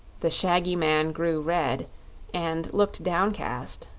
the shaggy man grew red and looked downcast,